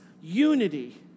unity